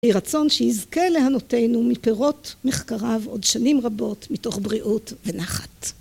יהי רצון שיזכה להנותינו מפירות מחקריו עוד שנים רבות מתוך בריאות ונחת.